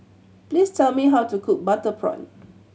please tell me how to cook butter prawn